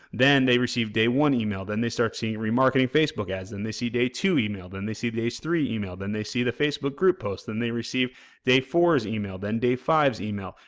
then they receive day one email, then they start seeing remarketing facebook ads, then they see day two email, then they see day three email, then they see the facebook group post, then they receive day four's email, then day five's email,